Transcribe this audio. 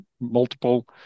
multiple